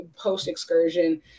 post-excursion